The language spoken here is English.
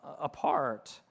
apart